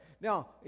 Now